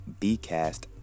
bcast